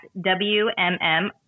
WMM